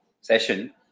session